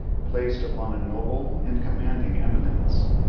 placed upon a noble and commanding eminence.